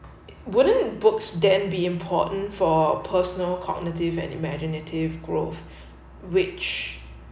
wouldn't books then be important for personal cognitive and imaginative growth which